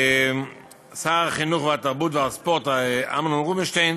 שר החינוך, התרבות והספורט אמנון רובינשטיין